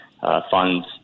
funds